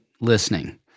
listening